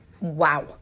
wow